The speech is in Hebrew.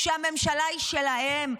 כשהממשלה היא שלהם,